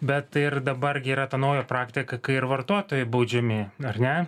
bet ir dabar gi yra ta nauja praktika kai ir vartotojai baudžiami ar ne